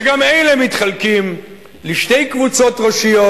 גם אלה מתחלקים לשתי קבוצות ראשיות.